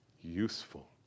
useful